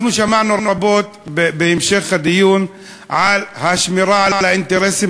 אנחנו שמענו רבות בהמשך הדיון על השמירה על האינטרסים